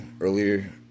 earlier